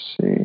see